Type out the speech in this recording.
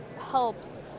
helps